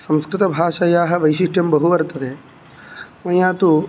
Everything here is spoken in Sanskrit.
संस्कृतभाषयाः वैशिष्ट्यं बहु वर्तते मया तु